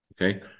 okay